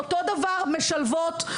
אותו דבר כוח